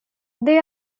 they